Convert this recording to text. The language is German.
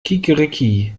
kikeriki